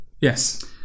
Yes